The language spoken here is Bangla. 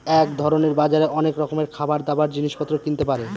এক ধরনের বাজারে অনেক রকমের খাবার, দাবার, জিনিস পত্র কিনতে পারে